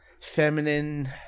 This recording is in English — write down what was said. feminine